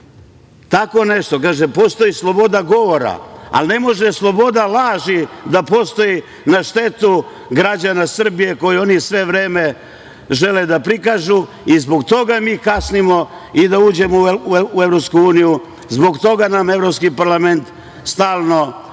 Srbije. Kaže – postoji sloboda govora, ali ne može sloboda laži da postoji na štetu građana Srbije, koju oni sve vreme žele da prikažu. Zbog toga mi kasnimo i da uđemo u EU. Zbog toga nam Evropski parlament stalno